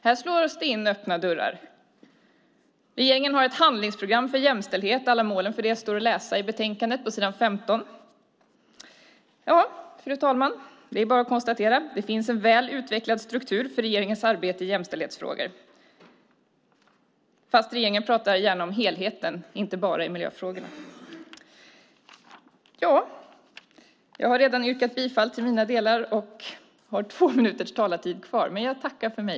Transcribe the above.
Här slås det in öppna dörrar. Regeringen har ett handlingsprogram för jämställdhet. Alla målen för det står att läsa i betänkandet på s. 15. Fru talman! Det är bara att konstatera att det finns en väl utvecklad struktur för regeringens arbete i jämställdhetsfrågor, fast regeringen pratar gärna om helheten - inte bara i miljöfrågorna. Jag har redan yrkat bifall till mina delar och har två minuter talartid kvar, men jag tackar för mig.